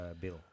bill